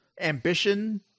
ambition